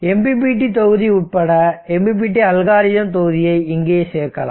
MPPT தொகுதி உட்பட MPPT algorithm தொகுதியை இங்கே சேர்க்கலாம்